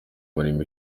umurimo